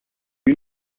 you